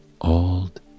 Old